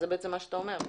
זה בצעצם מה שאתה אומר.